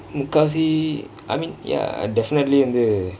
முக்காவாசி:mukaavaasi I mean ya definitely வந்து:vanthu